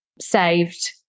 saved